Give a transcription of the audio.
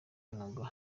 mwuga